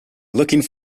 looking